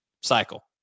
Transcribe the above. cycle